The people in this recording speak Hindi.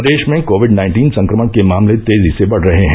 प्रदेश में कोविड नाइन्टीन संक्रमण के मामले तेजी से बढ़ रहे हैं